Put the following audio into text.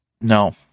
No